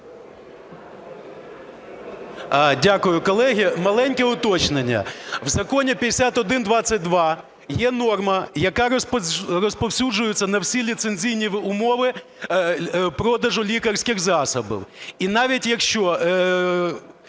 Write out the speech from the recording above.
Дякую. Колеги, маленьке уточнення. В Законі 5122 є норма, яка розповсюджується на всі ліцензійні умови продажу лікарських засобів. І навіть якщо